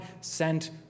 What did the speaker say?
sent